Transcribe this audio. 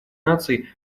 наций